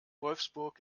wolfsburg